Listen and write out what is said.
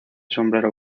sombrero